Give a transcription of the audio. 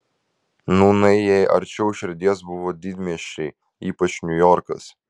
nūnai jai arčiau širdies buvo didmiesčiai ypač niujorkas